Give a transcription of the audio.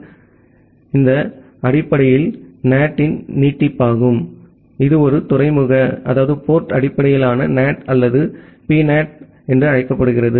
எனவே இது அடிப்படையில் NAT இன் நீட்டிப்பாகும் இது ஒரு துறைமுக அடிப்படையிலான NAT அல்லது PNAT என அழைக்கப்படுகிறது